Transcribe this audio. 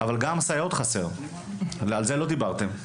אבל גם סייעות חסר, על זה לא דיברתם.